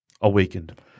awakened